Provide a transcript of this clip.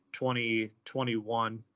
2021